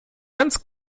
ganz